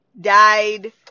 died